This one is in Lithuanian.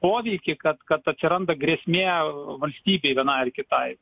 poveikį kad kad atsiranda grėsmė valstybei vienai ar kitai